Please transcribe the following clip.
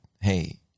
hey